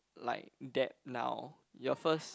like debt now your first